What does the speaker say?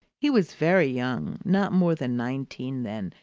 he was very young, not more than nineteen then,